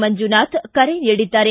ಮಂಜುನಾಥ್ ಕರೆ ನೀಡಿದ್ದಾರೆ